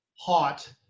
hot